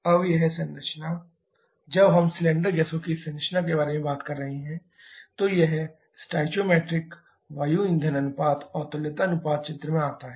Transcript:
अब यह संरचना जब हम सिलेंडर गैसों की इस संरचना के बारे में बात कर रहे हैं तो यह स्टोइकोमेट्रिक वायु ईंधन अनुपात और तुल्यता अनुपात चित्र में आता है